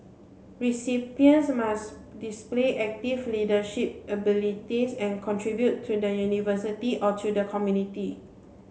recipients must display active leadership abilities and contribute to the University or to the community